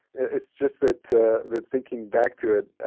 it's just that the the thinking back to it.